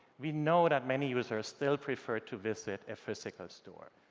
we know that many users still prefer to visit a physical store,